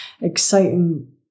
exciting